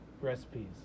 recipes